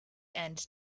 end